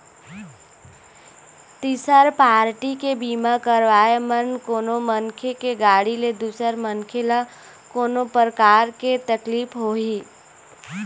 तिसर पारटी के बीमा करवाय म कोनो मनखे के गाड़ी ले दूसर मनखे ल कोनो परकार के तकलीफ होही